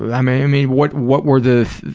i mean, what what were the,